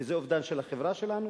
וזה אובדן של החברה שלנו,